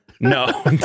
no